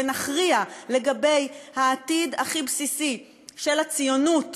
ונכריע לגבי העתיד הכי בסיסי של הציונות